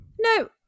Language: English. No